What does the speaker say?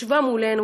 ישבה מולנו,